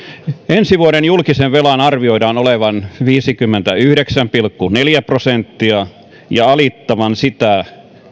ensi vuoden julkisen velan arvioidaan olevan viisikymmentäyhdeksän pilkku neljä prosenttia ja alittavan